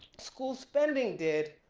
school spending did,